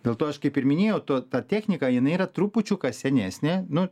dėl to aš kaip ir minėjau tu ta technika jinai yra trupučiuką senesnė nu